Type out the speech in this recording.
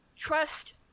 trust